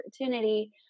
opportunity